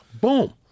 boom